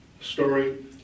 story